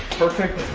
perfect,